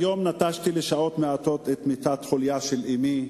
היום נטשתי לשעות מעטות את מיטת חוליה של אמי,